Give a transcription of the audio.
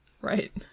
Right